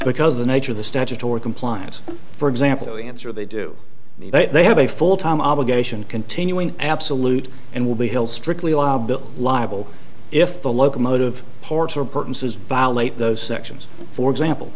because of the nature of the statutory compliance for example the answer they do they have a full time obligation continuing absolute and will be hill strictly liable if the locomotive parts or purchases violate those sections for example